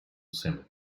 cemetery